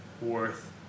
worth